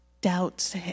doubts